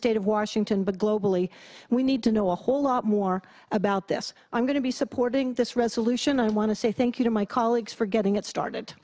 state of washington but globally we need to know a whole lot more about this i'm going to be supporting this resolution i want to say thank you to my colleagues for getting it started